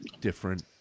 different